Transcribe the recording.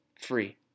free